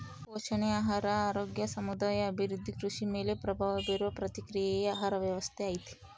ಪೋಷಣೆ ಆಹಾರ ಆರೋಗ್ಯ ಸಮುದಾಯ ಅಭಿವೃದ್ಧಿ ಕೃಷಿ ಮೇಲೆ ಪ್ರಭಾವ ಬೀರುವ ಪ್ರಕ್ರಿಯೆಯೇ ಆಹಾರ ವ್ಯವಸ್ಥೆ ಐತಿ